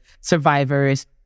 survivors